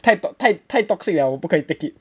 太太太 toxic 我不可以 take it